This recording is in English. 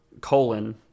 colon